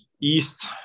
east